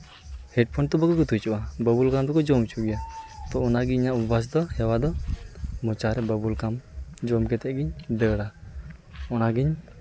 headphone ᱫᱚ ᱵᱟᱠᱚ ᱜᱩᱛᱩ ᱦᱚᱪᱚᱣᱟᱜᱼᱟ ᱵᱟᱵᱩᱞᱠᱟᱢ ᱫᱚᱠᱚ ᱡᱚᱢ ᱦᱚᱪᱚᱣᱟᱜ ᱦᱚᱪᱚᱣᱟᱜ ᱜᱮᱭᱟ ᱛᱚ ᱚᱱᱟᱜᱮ ᱤᱧᱟᱹᱜ ᱚᱵᱽᱵᱷᱟᱥ ᱫᱚ ᱦᱮᱣᱟ ᱫᱚ ᱢᱚᱪᱟᱨᱮ ᱵᱟᱵᱩᱞᱠᱟᱢ ᱡᱚᱢ ᱠᱟᱛᱮ ᱜᱮᱧ ᱫᱟᱹᱲᱟ ᱚᱱᱟᱜᱮᱧ